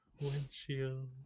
Windshield